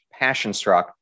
PassionStruck